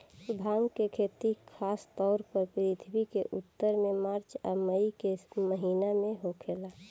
भांग के खेती खासतौर पर पृथ्वी के उत्तर में मार्च आ मई के महीना में होखेला